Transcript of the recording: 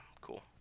cool